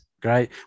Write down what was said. Great